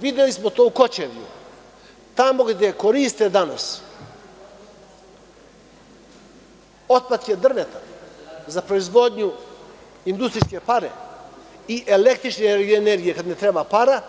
Videli smo to u Kočevju, tamo gde koriste danas otpatke drveta za proizvodnju industrijske pare i električne energije kad ne treba para,